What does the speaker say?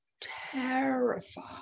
terrified